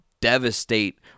devastate